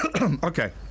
Okay